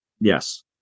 Yes